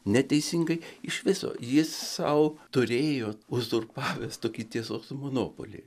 neteisingai iš viso jis sau turėjo uzurpavęs tokį tiesos monopolį